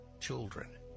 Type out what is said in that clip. children